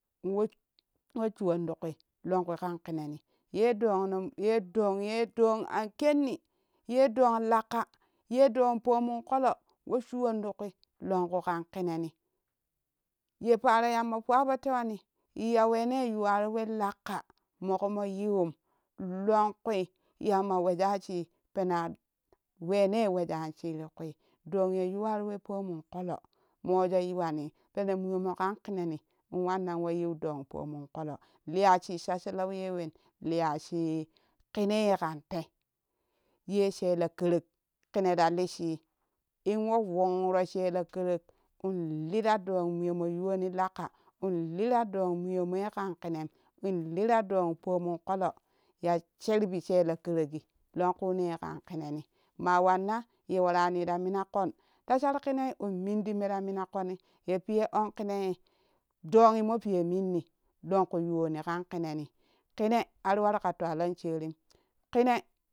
Ln wa shuwon ti kui lonkui kan keneni ye dongnoye dong ye dang an kenni ye dong lakka yedong poomam kolo wa shuwan ti ku longu kan kineni ye paro yamma fuwa po tewani yaweni yuwaro we lakka mokomo yiwon longkwi yamma wojaji pena wene wan jan shii ti kui dongne yuwaro we poomun kolo mo wojo yiwani pene muzemmo kan kineni ln wan nan wa yin ɗa pomon kolo liyashi shasshalau yei wen liyashi kine za kan tee ye shela kerek kina ra lishii ln wa wonro shii la kerek in wa lii tira dang mo yowon lakka ln lera tong muyomookan kin in lira dang pomun kolo ya sherbi shela kerek lognkune kan kine ni ma wanna ye warani ra mina kon ta sharkenai in minti mera mina koni ya peye an kine ye donghi mo peye minni longkui yuwoni kan kineni kine ari war ka twalan sherim kine